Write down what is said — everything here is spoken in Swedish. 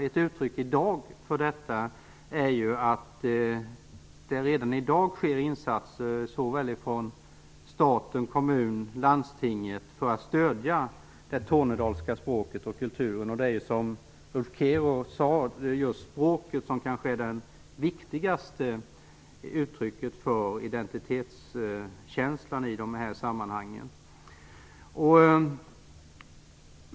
Ett uttryck för detta är att det redan i dag görs insatser från staten, kommuner och landsting för att stödja det tornedalska språket och kulturen. Det är som Ulf Kero sade just språket som kanske är det viktigaste uttrycket för identitetskänslan i dessa sammanhang. Herr talman!